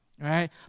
right